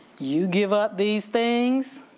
you give up these things